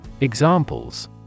Examples